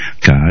god